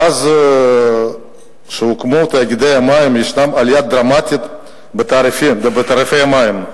מאז שהוקמו תאגידי המים ישנה עלייה דרמטית בתעריפי המים,